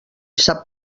sap